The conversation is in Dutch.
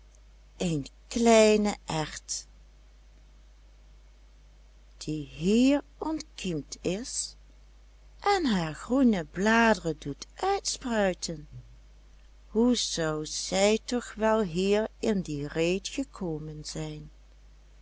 een kleine erwt die hier ontkiemd is en haar groene bladeren doet uitspruiten hoe zou zij toch wel hier in die reet gekomen zijn